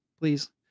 please